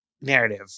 narrative